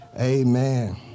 Amen